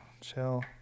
chill